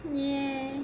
ya